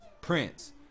Prince